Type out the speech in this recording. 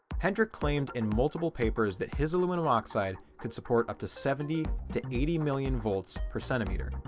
hendrik claimed in multiple papers that his aluminum oxide could support up to seventy to eighty million volts per centimeter.